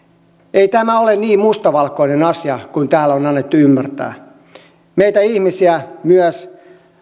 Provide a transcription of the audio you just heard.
ei tämä ole niin mustavalkoinen asia kuin täällä on annettu ymmärtää meitä ihmisiä on myös